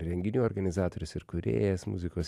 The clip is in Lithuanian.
renginių organizatorius ir kūrėjas muzikos